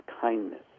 kindness